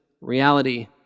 reality